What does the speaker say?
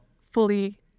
fully